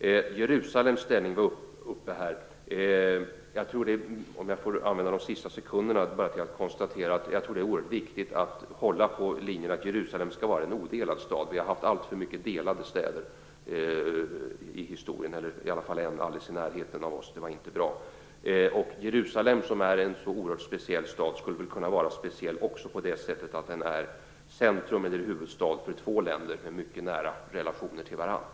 Frågan om Jerusalems ställning var uppe här. Om jag får använda taletidens sista sekunder vill jag bara konstatera att det är oerhört viktigt att hålla på linjen att Jerusalem skall vara en odelad stad. Vi har haft alltför mycket delade städer i historien, i alla fall i närheten av oss, och det var inte bra. Jerusalem som är en så oerhört speciell stad skulle väl kunna vara speciell också på det sättet att den kunde vara centrum eller huvudstad för två länder med mycket nära relationer till varandra.